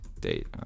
date